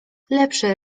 lepszy